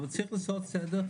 אבל צריך לעשות סדר,